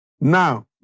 Now